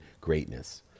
greatness